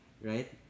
right